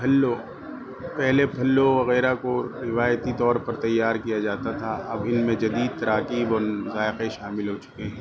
پھلو پہلے پھلو وغیرہ کو روایتی طور پر تیار کیا جاتا تھا اب ان میں جدید تراکیب اور ذائقے شامل ہو چکے ہیں